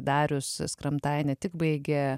darius skramtai tai ne tik baigė